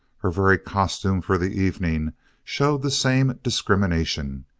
her very costume for the evening showed the same discrimination.